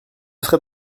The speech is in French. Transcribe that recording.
serait